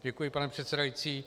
Děkuji, pane předsedající.